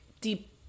deep